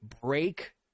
break